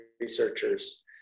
researchers